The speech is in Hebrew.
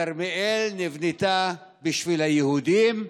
כרמיאל נבנתה בשביל היהודים,